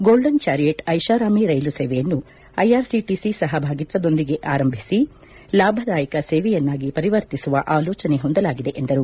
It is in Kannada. ಗೋಲ್ಡನ್ ಚಾರಿಯೇಟ್ ಐಷಾರಾಮಿ ರೈಲು ಸೇವೆಯನ್ನು ಐಆರ್ಸಿಟಿಸಿ ಸಹಭಾಗಿತ್ವದೊಂದಿಗೆ ಆರಂಭಿಸಿ ಲಾಭದಾಯಕ ಸೇವೆಯನ್ನಾಗಿ ಪರಿವರ್ತಿಸುವ ಆಲೋಚನೆ ಹೊಂದಲಾಗಿದೆ ಎಂದರು